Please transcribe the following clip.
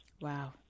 Wow